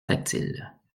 tactile